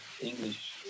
English